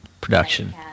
production